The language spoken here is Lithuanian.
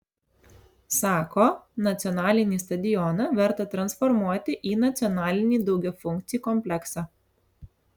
sako nacionalinį stadioną verta transformuoti į nacionalinį daugiafunkcį kompleksą